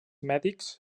mèdics